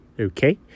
Okay